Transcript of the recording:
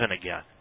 again